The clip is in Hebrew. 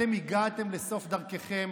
אתם הגעתם לסוף דרככם.